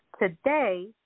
Today